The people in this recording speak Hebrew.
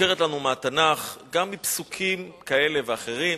מוכרת לנו מהתנ"ך, מפסוקים כאלה ואחרים,